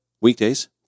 weekdays